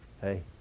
Hey